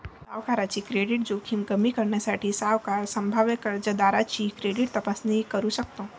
सावकाराची क्रेडिट जोखीम कमी करण्यासाठी, सावकार संभाव्य कर्जदाराची क्रेडिट तपासणी करू शकतो